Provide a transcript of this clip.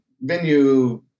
venue